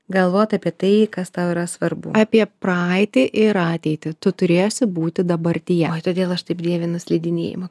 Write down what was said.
galvot apie tai kas tau yra svarbu apie praeitį ir ateitį tu turėsi būti dabartyje oi todėl aš taip dievinu slidinėjimą